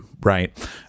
right